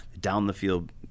down-the-field